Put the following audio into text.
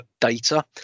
data